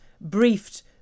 briefed